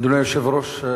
אדוני היושב-ראש,